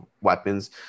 weapons –